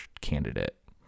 candidate